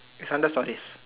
it's under stories